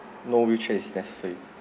no wheelchairs is necessary